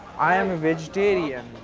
i'm a vegetarian